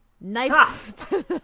knife